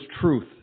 truth